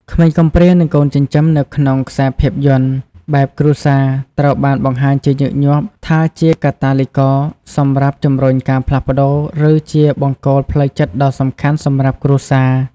ក្មេងកំព្រា និងកូនចិញ្ចឹមនៅក្នុងខ្សែភាពយន្តបែបគ្រួសារ ត្រូវបានបង្ហាញជាញឹកញាប់ថាជាកាតាលីករសម្រាប់ជំរុញការផ្លាស់ប្ដូរ ឬជាបង្គោលផ្លូវចិត្តដ៏សំខាន់សម្រាប់គ្រួសារ។